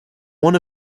one